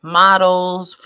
models